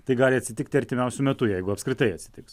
tai gali atsitikti artimiausiu metu jeigu apskritai atsitiks